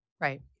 Right